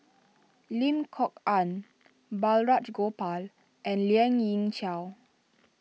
Lim Kok Ann Balraj Gopal and Lien Ying Chow